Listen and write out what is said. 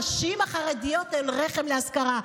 הנשים החרדיות הן רחם להשכרה,